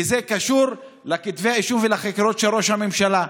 כי זה קשור לכתבי האישום ולחקירות של ראש הממשלה.